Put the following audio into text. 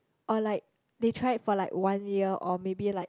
or like they try it for like one year or maybe like